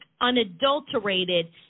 unadulterated